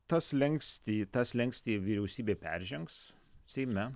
tą slenkstį tą slenkstį vyriausybė peržengs seime